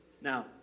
now